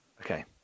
Okay